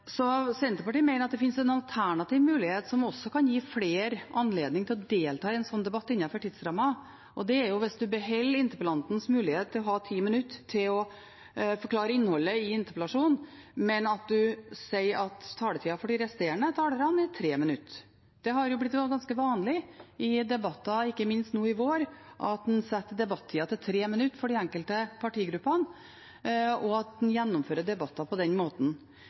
Senterpartiet mener at det finnes en alternativ mulighet som også kan gi flere anledning til å delta i en sånn debatt innenfor tidsrammen, og det er hvis en beholder interpellantens mulighet til å ha 10 minutter til å forklare innholdet i interpellasjonen, men at en sier at taletiden for de resterende talerne er 3 minutter. Det har jo blitt ganske vanlig i debatter, ikke minst nå i vår, at en setter taletiden til 3 minutter for de enkelte partigruppene, og at en gjennomfører debatter på den måten.